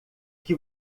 que